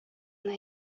гына